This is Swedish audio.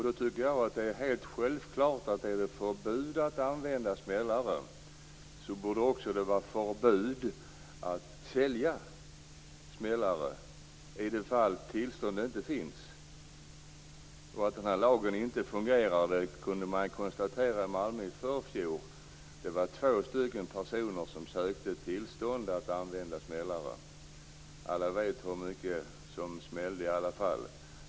Men om det är förbud mot att använda smällare borde det också vara förbud mot att sälja smällare i de fall tillstånd inte finns. Det gick att konstatera att lagen inte fungerar i Malmö i förfjol. Alla vet hur mycket det smällde i alla fall.